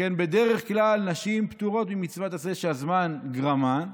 שכן בדרך כלל נשים פטורות במצוות עשה שהזמן גרמן,